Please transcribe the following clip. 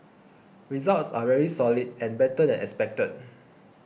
results are very solid and better than expected